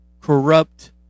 corrupt